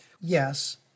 yes